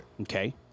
okay